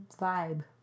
vibe